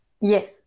yes